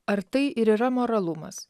ar tai ir yra moralumas